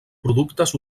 productes